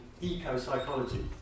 eco-psychology